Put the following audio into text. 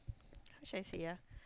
how should I say ah